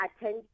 attend